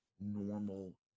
normal